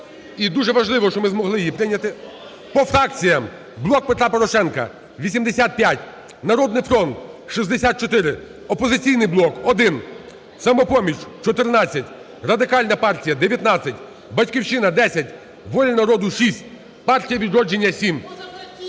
і дуже важливо, що ми змогли її прийняти. По фракціях. "Блок Петра Порошенка" – 85, "Народний фронт" – 64, "Опозиційний блок" – 1, "Самопоміч" – 14, Радикальна партія – 19, "Батьківщина" – 10, "Воля народу" – 6, "Партія "Відродження" – 7.